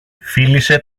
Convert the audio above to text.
φίλησε